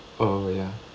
oh ya